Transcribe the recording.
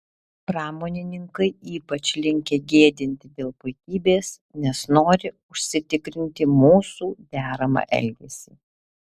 pramonininkai ypač linkę gėdinti dėl puikybės nes nori užsitikrinti mūsų deramą elgesį